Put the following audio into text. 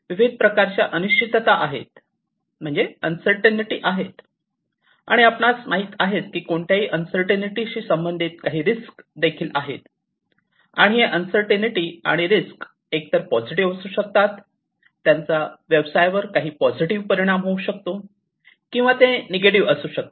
विविध प्रकारच्या अनिश्चितता म्हणजे अन्सरटीनीटी आहेत आणि आपणास माहित आहे कि कोणत्याही अन्सरटीनीटीशी संबंधित काही रिस्क देखील आहेत आणि ही अन्सरटीनीटी आणि रिस्क एकतर पॉझिटिव्हअसू शकतात त्यांचा व्यवसायावर काही पॉझिटिव परिणाम होऊ शकतो किंवा ते निगेटिव्ह असू शकते